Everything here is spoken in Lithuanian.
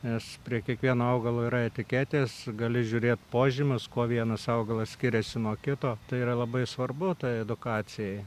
nes prie kiekvieno augalo yra etiketės gali žiūrėt požymius kuo vienas augalas skiriasi nuo kito tai yra labai svarbu tai edukacijai